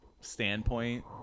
standpoint